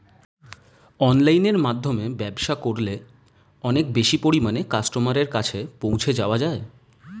অনলাইনের মাধ্যমে ব্যবসা করলে অনেক বেশি পরিমাণে কাস্টমারের কাছে পৌঁছে যাওয়া যায়?